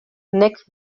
nek